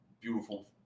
beautiful